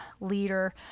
leader